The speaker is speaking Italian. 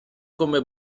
come